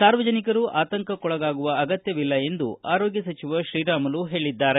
ಸಾರ್ವಜನಿಕರು ಅಂತಕಕ್ಕೊಳಗಾಗುವ ಅಗತ್ಯವಿಲ್ಲ ಎಂದು ಆರೋಗ್ಯ ಸಚಿವ ಶ್ರೀರಾಮುಲು ಹೇಳಿದ್ದಾರೆ